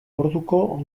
orduko